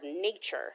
nature